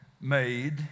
made